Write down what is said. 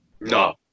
No